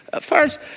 First